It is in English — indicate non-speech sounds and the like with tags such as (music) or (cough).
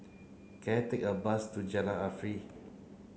can I take a bus to Jalan (unintelligible)